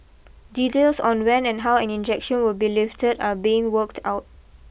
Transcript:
details on when and how an injection will be lifted are being worked out